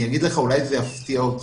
אולי זה יפתיע אותך,